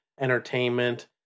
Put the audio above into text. entertainment